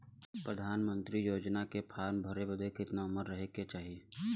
प्रधानमंत्री योजना के फॉर्म भरे बदे कितना उमर रहे के चाही?